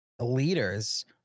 leaders